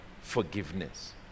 forgiveness